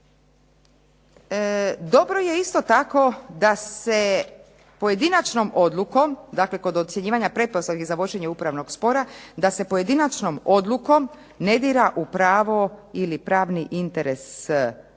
Dobro je isto tako da se pojedinačnom odlukom, dakle kod ocjenjivanja pretpostavki za vođenje upravnog spora, da se pojedinačnom odlukom ne dira u pravo ili pravni interes samog